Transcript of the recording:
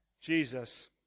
Jesus